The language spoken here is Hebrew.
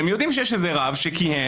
הם יודעים שיש איזה רב שכיהן,